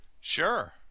Sure